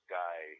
guy